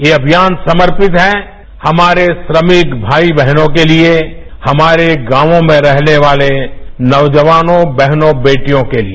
ये अभियानसमर्पित है हमारे श्रमिक भाई बहनों के लिए हमारे गांवों मैंहने वाले नौजवानों बहनों बेटियों केलिए